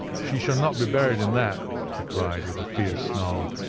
she shall not be buried in that, he cried with a fierce snarl,